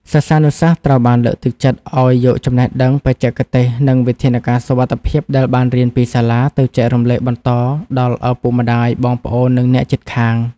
សិស្សានុសិស្សត្រូវបានលើកទឹកចិត្តឱ្យយកចំណេះដឹងបច្ចេកទេស និងវិធានការសុវត្ថិភាពដែលបានរៀនពីសាលា ទៅចែករំលែកបន្តដល់ឪពុកម្ដាយ បងប្អូន និងអ្នកជិតខាង។